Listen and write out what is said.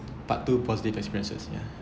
part two positive experiences ya